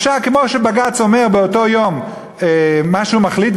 אפשר לקבוע שכמו שבג"ץ אומר באותו יום מה שהוא מחליט,